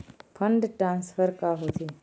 Fund transfer का होथे?